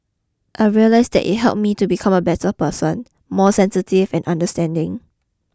I realised that it helped me to become a better person more sensitive and understanding